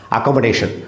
Accommodation